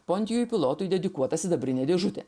pontijui pilotui dedikuota sidabrinė dėžutė